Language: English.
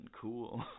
cool